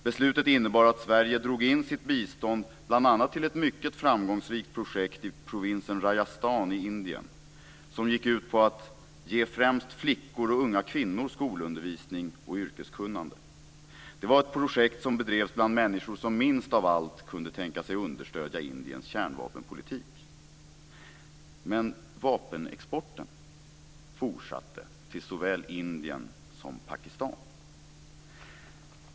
Beslutet innebar att Sverige drog in sitt bistånd bl.a. till ett mycket framgångsrikt projekt i provinsen Rajastan i Indien som gick ut på att ge främst flickor och unga kvinnor skolundervisning och yrkeskunnande. Det var ett projekt som bedrevs bland människor som minst av allt kunde tänka sig understödja Indiens kärnvapenpolitik. Men vapenexporten fortsatte till såväl Indien som Pakistan.